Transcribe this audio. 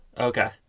Okay